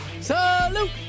salute